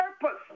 purpose